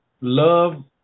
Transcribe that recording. love